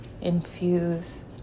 infuse